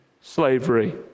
slavery